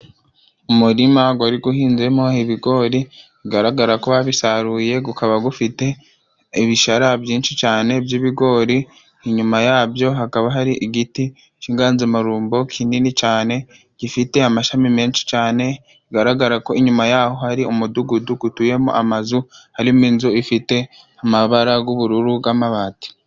Umurima gwari guhinzemo ibigori bigaragara ko babisaruye gukaba gufite ibishara byinshi cyane by'ibigori, inyuma yabyo hakaba hari igiti c'inganzamarumbo kinini cane gifite amashami menshi cane, bigaragara ko inyuma yaho hari umudugudu gutuyemo amazu harimo inzu ifite amabara g'ubururu g'amabati.